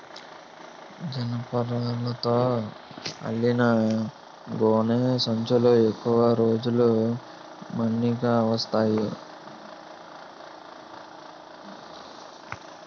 జనపనారతో అల్లిన గోనె సంచులు ఎక్కువ రోజులు మన్నిక వస్తాయి